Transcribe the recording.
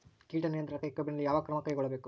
ಕೇಟ ನಿಯಂತ್ರಣಕ್ಕಾಗಿ ಕಬ್ಬಿನಲ್ಲಿ ಯಾವ ಕ್ರಮ ಕೈಗೊಳ್ಳಬೇಕು?